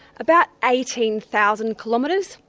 about eighteen thousand kilometres.